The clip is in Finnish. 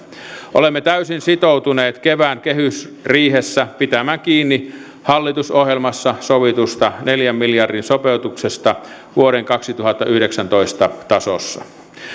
olemme täysin sitoutuneet kevään kehysriihessä pitämään kiinni hallitusohjelmassa sovitusta neljän miljardin sopeutuksesta vuoden kaksituhattayhdeksäntoista tasossa